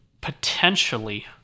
potentially